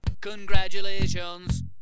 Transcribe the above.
Congratulations